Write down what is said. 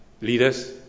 leaders